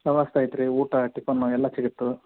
ವ್ಯವಸ್ಥೆ ಐತ್ರಿ ಊಟ ಟಿಫಾನು ಎಲ್ಲ ಸಿಗತ್ತೆ